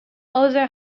other